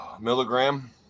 milligram